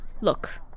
Look